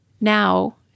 now